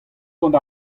gant